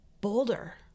bolder